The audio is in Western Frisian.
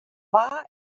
twa